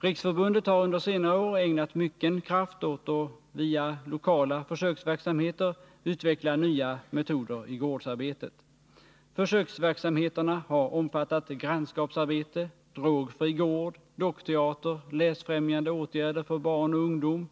Riksförbundet har under senare år ägnat mycken kraft åt att via lokala försöksverksamheter utveckla nya metoder i gårdsarbetet. Försöksverksamheterna har omfattat grannskapsarbete, drogfri gård, dockteater, läsfrämjande åtgärder för barn och ungdom,